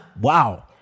wow